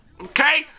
okay